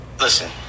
Listen